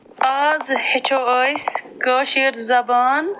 آز ہیٚچھو أسی کٲشٕر زبان